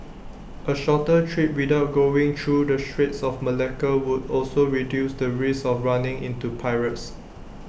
A shorter trip without going through the straits of Malacca would also reduce the risk of running into pirates